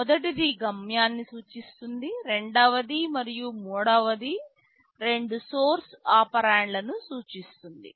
మొదటిది గమ్యాన్ని సూచిస్తుంది రెండవది మరియు మూడవది రెండు సోర్స్ ఆపెరండన్లును సూచిస్తుంది